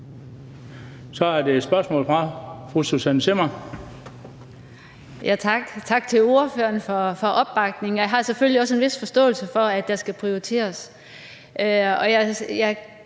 tak til ordføreren for opbakningen. Jeg har selvfølgelig også en vis forståelse for, at der skal prioriteres.